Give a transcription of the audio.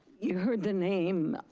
you've heard the name,